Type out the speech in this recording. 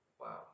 Wow